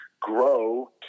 grow